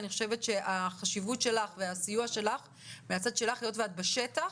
אני חושבת שהטיפול שלך והסיוע שלך מהצד שלך היות שאת בשטח,